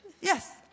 Yes